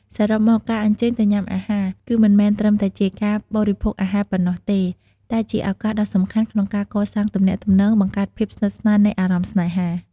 សរុបមក ការអញ្ជើញទៅញ៉ាំអាហារ គឺមិនមែនត្រឹមតែជាការបរិភោគអាហារប៉ុណ្ណោះទេ តែជាឱកាសដ៏សំខាន់ក្នុងការកសាងទំនាក់ទំនង បង្កើតភាពស្និទ្ធស្នាលនៃអារម្មណ៍ស្នេហា។